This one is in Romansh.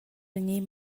vegnir